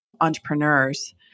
entrepreneurs